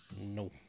No